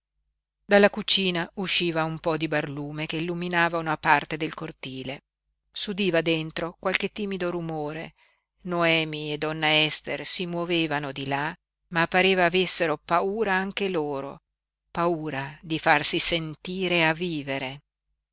dalla cucina usciva un po di barlume che illuminava una parte del cortile s'udiva dentro qualche timido rumore noemi e donna ester si muovevano di là ma pareva avessero paura anche loro paura di farsi sentire a vivere